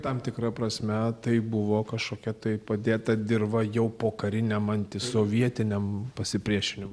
tam tikra prasme tai buvo kažkokia tai padėta dirva jau pokariniam antisovietiniam pasipriešinimui